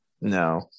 no